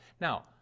now